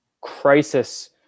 crisis